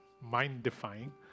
mind-defying